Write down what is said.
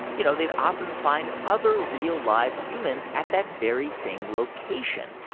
you know, they'd often find other, real-life humans at that very same location.